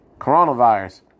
coronavirus